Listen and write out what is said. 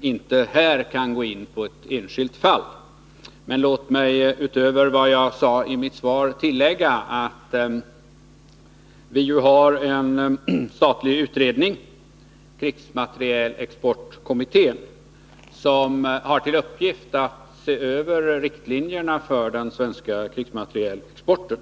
inte här kan gå in på ett enskilt fall. Men låt mig utöver vad jag sade i svaret tillägga att vi har en statlig utredning, krigsmaterielexportkommittén, som har till uppgift att se över riktlinjerna för den svenska krigsmaterielexporten.